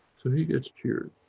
so he gets cheered.